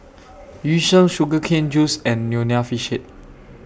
Yu Sheng Sugar Cane Juice and Nonya Fish Head